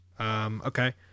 Okay